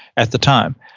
at the time.